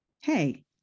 hey